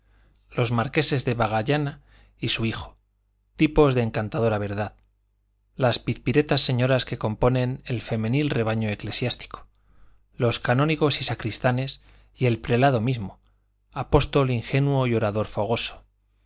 los marqueses de vegallana y su hijo tipos de encantadora verdad las pizpiretas señoras que componen el femenil rebaño eclesiástico los canónigos y sacristanes y el prelado mismo apóstol ingenuo y orador fogoso